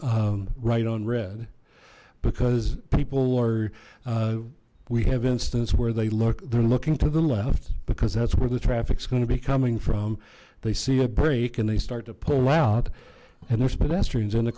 right on red because people are we have instance where they look they're looking to the left because that's where the traffic is going to be coming from they see a brake and they start to pull out and